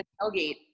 tailgate